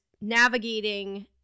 navigating